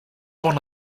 one